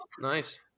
nice